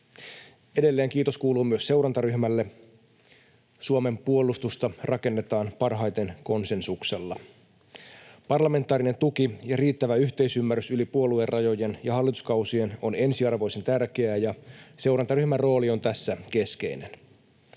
Edelleen kiitos kuuluu myös seurantaryhmälle. Suomen puolustusta rakennetaan parhaiten konsensuksella. Parlamentaarinen tuki ja riittävä yhteisymmärrys yli puoluerajojen ja hallituskausien on ensiarvoisen tärkeää, ja seurantaryhmän rooli on tässä keskeinen.